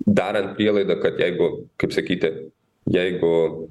darant prielaidą kad jeigu kaip sakyti jeigu